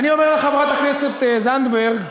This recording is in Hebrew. ואני אומר לחברת הכנסת זנדברג,